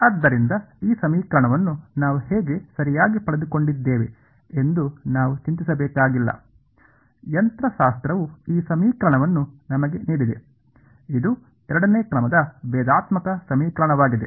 ಆದ್ದರಿಂದ ಈ ಸಮೀಕರಣವನ್ನು ನಾವು ಹೇಗೆ ಸರಿಯಾಗಿ ಪಡೆದುಕೊಂಡಿದ್ದೇವೆ ಎಂದು ನಾವು ಚಿಂತಿಸಬೇಕಾಗಿಲ್ಲ ಯಂತ್ರಶಾಸ್ತ್ರವು ಈ ಸಮೀಕರಣವನ್ನು ನಮಗೆ ನೀಡಿದೆ ಇದು ಎರಡನೇ ಕ್ರಮದ ಭೇದಾತ್ಮಕ ಸಮೀಕರಣವಾಗಿದೆ